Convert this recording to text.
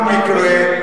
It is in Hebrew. בכל מקרה,